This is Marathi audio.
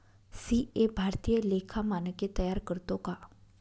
सी.ए भारतीय लेखा मानके तयार करतो का